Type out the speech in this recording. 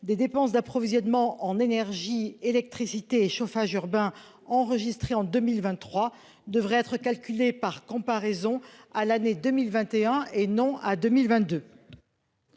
des dépenses d'approvisionnement en énergie, électricité et chauffage urbain enregistrée en 2023 devrait être calculée en comparaison de l'année 2021, et non de